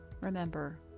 Remember